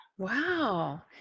Wow